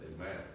Amen